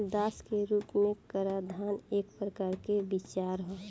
दास के रूप में कराधान एक प्रकार के विचार ह